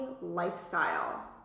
lifestyle